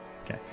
Okay